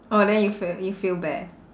orh then you feel you feel bad